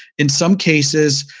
in some cases,